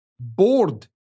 Bored